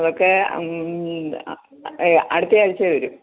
അതൊക്കെ അടുത്ത ആഴ്ച വരും